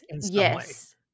Yes